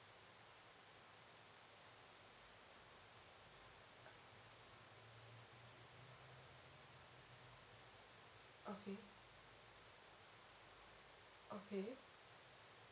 okay okay